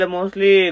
Mostly